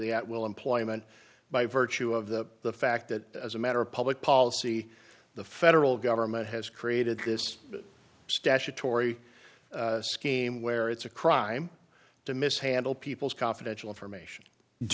at will employment by virtue of the the fact that as a matter of public policy the federal government has created this statutory scheme where it's a crime to mishandle people's confidential information do